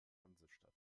hansestadt